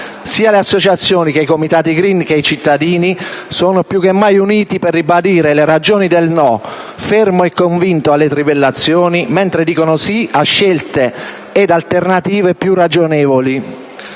Sia le associazioni che i comitati *green* che i cittadini sono più che mai uniti per ribadire le ragioni del loro no fermo e convinto alle trivellazioni, mentre dicono si a scelte ed alternative più ragionevoli.